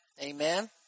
Amen